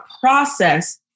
process